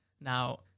Now